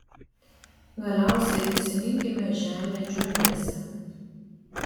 galiausiai prisiminkime žemę džiunglėse